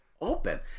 open